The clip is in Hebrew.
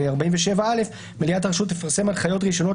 בא שמליאת הרשות תפרסם הנחיות ראשונות